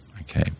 okay